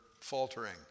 faltering